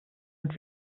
und